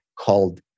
called